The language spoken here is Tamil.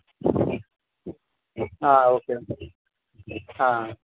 ஆ ஓகே ஆ